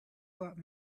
brought